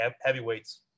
heavyweights